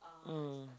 mm